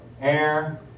air